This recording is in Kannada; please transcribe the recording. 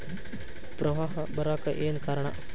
ಪ್ರವಾಹ ಬರಾಕ್ ಏನ್ ಕಾರಣ?